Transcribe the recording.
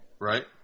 Right